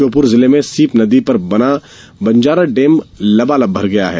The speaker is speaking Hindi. श्योपुर जिले में सीप नदी पर बना बंजारा डेम लबालब भर गया है